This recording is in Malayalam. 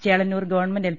Chelannur government L